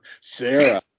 Sarah